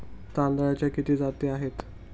तांदळाच्या किती जाती आहेत?